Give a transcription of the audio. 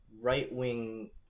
right-wing